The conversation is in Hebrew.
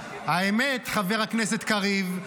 חבר הכנסת קריב,